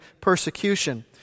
persecution